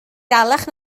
dalach